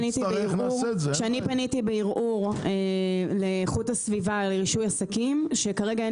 כשאני פניתי בערעור לאיכות הסביבה לרישוי עסקים שכרגע אין